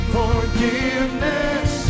forgiveness